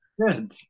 Good